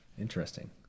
Interesting